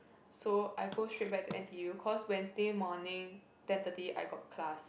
so I go straight back to n_t_u cause Wednesday morning ten thirty I got class